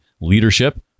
leadership